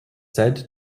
said